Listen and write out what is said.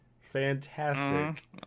Fantastic